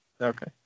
Okay